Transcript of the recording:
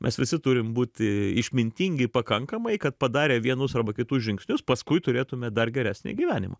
mes visi turim būti išmintingi pakankamai kad padarę vienus arba kitus žingsnius paskui turėtume dar geresnį gyvenimą